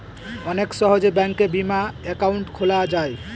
অনেক সহজে ব্যাঙ্কে বিমা একাউন্ট খোলা যায়